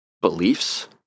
beliefs